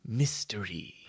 mystery